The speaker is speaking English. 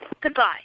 Goodbye